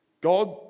God